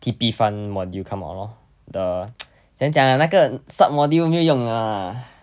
T_P fund module come out lor the 讲讲 ah 那个 submodule 没用 lah